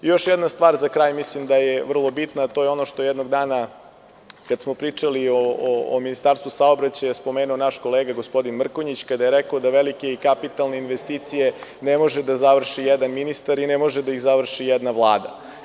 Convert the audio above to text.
Još jedna stvar za kraj, mislim da je vrlo bitna, a to je ono što jednog dana kada smo pričali o Ministarstvu saobraćaja, spomenuo je naš kolega Mrkonjić, kada je rekao da velike i kapitalne investicije ne može da završi jedan ministar i ne može da ih završi jedna vlada.